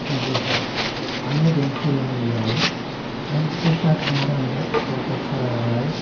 जी हाँ हमने बैंक से लोन लिया है बैंक के साथ हमारा अनुभव बहुत अच्छा रहा है